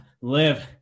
live